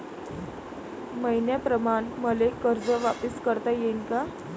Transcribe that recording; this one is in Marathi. मईन्याप्रमाणं मले कर्ज वापिस करता येईन का?